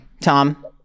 Tom